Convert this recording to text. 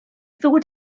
ddod